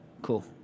Cool